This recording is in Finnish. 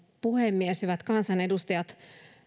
puhemies hyvät kansanedustajat